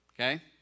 okay